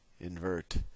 invert